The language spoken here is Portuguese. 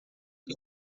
que